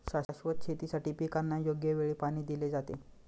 शाश्वत शेतीसाठी पिकांना योग्य वेळी पाणी दिले जाते